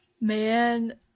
Man